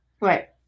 right